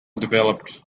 developed